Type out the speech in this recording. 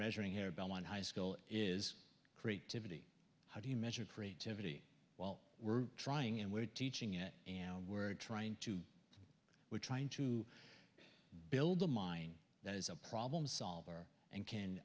measuring here belmont high school is create tippity how do you measure creativity while we're trying and we're teaching it and we're trying to we're trying to build a mine that is a problem solver and can